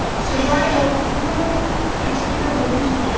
so going through particular religious